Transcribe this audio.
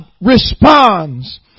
responds